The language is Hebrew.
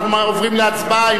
אנחנו עוברים להצבעה,